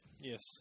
Yes